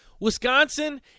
Wisconsin